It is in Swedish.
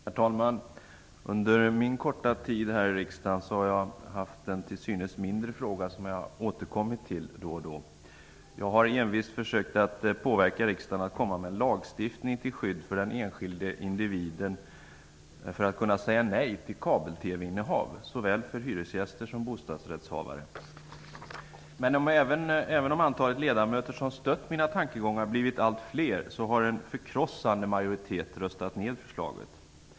Herr talman! Under min korta tid här i riksdagen har jag då och då återkommit till en till synes mindre fråga. Jag har envist försökt påverka riksdagen att komma med lagstiftning till skydd för den enskilde individen så till vida att både hyresgäster och bostadsrättshavare skall kunna säga nej till innehav av kabel-TV. Även om antalet ledamöter som stöder mina tankegångar blivit allt fler har en förkrossande majoritet röstat ner förslaget.